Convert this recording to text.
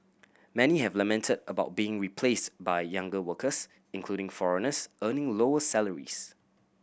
many have lamented about being replaced by younger workers including foreigners earning lower salaries